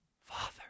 Father